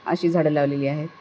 अशी झाडं लावलेली आहेत